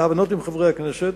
להבנות עם חברי הכנסת,